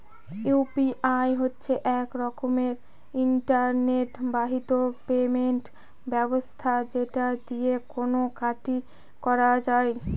UPI হচ্ছে এক রকমের ইন্টারনেট বাহিত পেমেন্ট ব্যবস্থা যেটা দিয়ে কেনা কাটি করা যায়